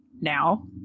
now